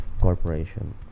corporation